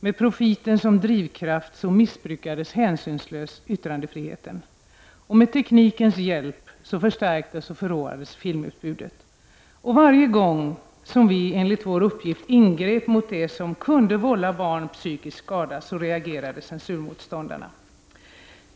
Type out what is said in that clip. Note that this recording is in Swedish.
Med profiten som drivkraft missbrukades yttrandefriheten hänsynslöst, och med teknikens hjälp förstärktes och förråades filmutbudet. Och varje gång som vi enligt vår uppgift ingrep mot det som kunde vålla barnen psykisk skada reagerade censurmotståndarna.